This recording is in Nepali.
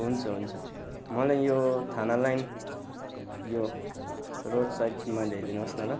हुन्छ हुन्छ मलाई यो थाना लाइन यो रोड साइडमा ल्याइ दिनुहोस् न ल